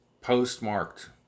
postmarked